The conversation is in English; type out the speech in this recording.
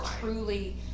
truly